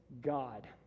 God